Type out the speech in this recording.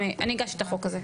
אני הגשתי את החוק הזה,